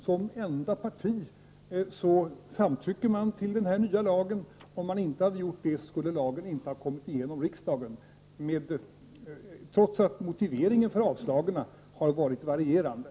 Som enda parti samtycker centerpartiet till den nya lagen. Om man inte hade gjort det, skulle lagen inte ha kommit igenom riksdagen, trots att motiveringarna för avslagen har varierat.